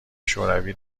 شوروی